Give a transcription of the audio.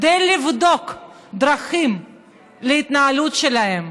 כדי לבדוק דרכים להתנהלות שלהם,